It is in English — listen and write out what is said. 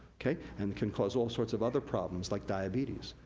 and can cause all sorts of other problems like diabetes.